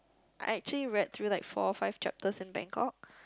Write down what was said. I actually read through like four or five chapters in Bangkok